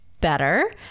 better